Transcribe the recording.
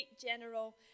general